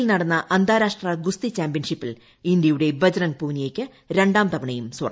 ടർക്കിയിൽ നടന്ന അന്താരാഷ്ട്ര ഗൂസ്തി ചാമ്പ്യൻഷിപ്പിൽ ഇന്ത്യയുടെ ബജ്റംഗ് പൂനിയയ്ക്ക് രണ്ടാം തവണയും സ്വർണം